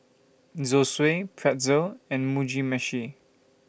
Zosui Pretzel and Mugi Meshi